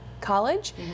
college